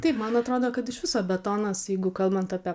taip man atrodo kad iš viso betonas jeigu kalbant apie